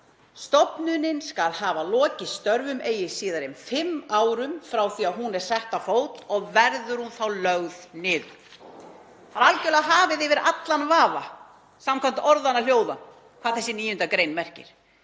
Stofnunin skal hafa lokið störfum eigi síðar en fimm árum frá því að hún er sett á fót og verður hún þá lögð niður.“ Það er algerlega hafið yfir allan vafa samkvæmt orðanna hljóðan hvað þessi 9. gr. merkir: